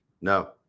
no